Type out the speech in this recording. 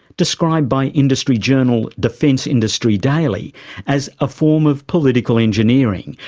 described by industry journal defense industry daily as a form of political engineering,